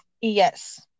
Yes